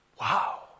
Wow